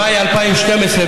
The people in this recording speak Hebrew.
במאי 2012,